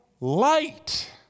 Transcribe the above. light